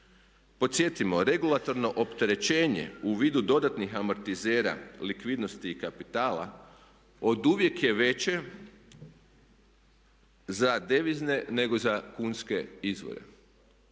Podsjetimo, regulatorno opterećenje u vidu dodatnih amortizera, likvidnosti i kapitala oduvijek je veće za devizne nego za kunske izvore.